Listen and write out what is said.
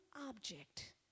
object